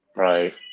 Right